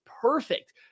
perfect